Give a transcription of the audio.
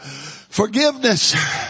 Forgiveness